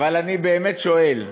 אבל אני באמת שואל.